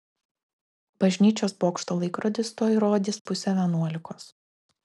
bažnyčios bokšto laikrodis tuoj rodys pusę vienuolikos